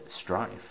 strife